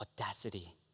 audacity